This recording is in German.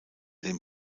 den